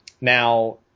Now